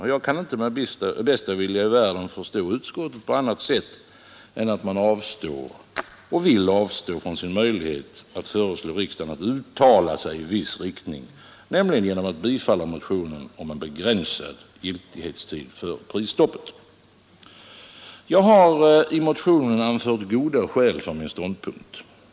Jag kan inte med bästa vilja i världen förstå utskottet på annat sätt än att det avstår och vill avstå från sin möjlighet att föreslå riksdagen att uttala sig i viss riktning, nämligen genom att bifalla motionen om begränsad giltighetstid för prisstoppet. I motionen har jag anfört goda skäl för min ståndpunkt.